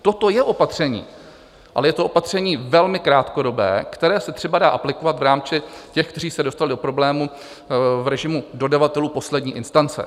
Toto je opatření, ale je to opatření velmi krátkodobé, které se třeba dá aplikovat v rámci těch, kteří se dostali do problémů v režimu dodavatelů poslední instance.